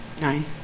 nine